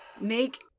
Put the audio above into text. make